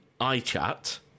iChat